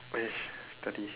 oh yes study